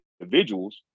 individuals